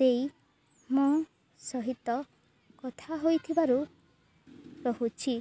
ଦେଇ ମୋ ସହିତ କଥା ହୋଇଥିବାରୁ ରହୁଛି